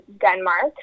Denmark